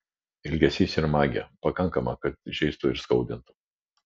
ilgesys ir magija pakankama kad žeistų ir skaudintų